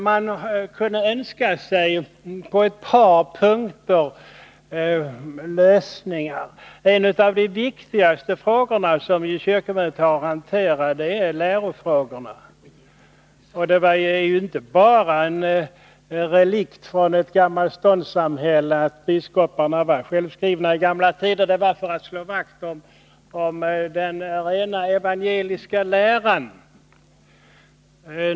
På ett par punkter skulle man önska sig lösningar. En av de viktigaste frågorna som kyrkomötet har att hantera är lärofrågan. Det är inte bara en relikt från ett gammalt ståndssamhälle att biskoparna var självskrivna i gamla tider, utan det var för att slå vakt om den rena evangeliska läran.